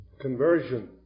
Conversion